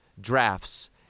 drafts